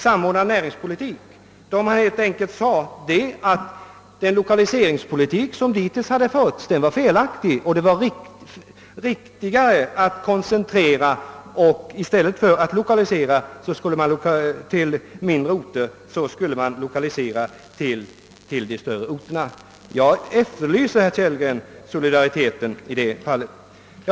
Man sade helt enkelt det att den lokaliseringspolitik som hade förts dittills var felaktig, och det var viktigare att koncentrera. I stället för att lokalisera till mindre orter skulle man lokalisera till större. Jag efterlyser, herr Kellgren, solidariteten i det här fallet.